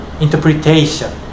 interpretation